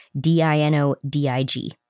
D-I-N-O-D-I-G